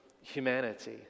humanity